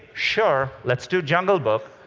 sure, let's do jungle book,